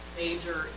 major